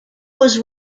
was